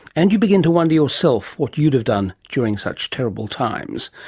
and you begin to wonder yourself what you'd have done during such terrible times.